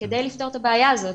כדי לפתור את הבעיה הזאת.